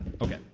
Okay